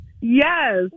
Yes